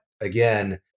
again